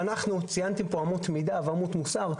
ציינתם פה אמות מידה ואמות מוסר,